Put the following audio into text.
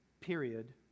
period